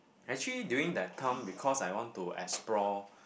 actually during that time because I want to explore